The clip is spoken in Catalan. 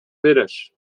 feres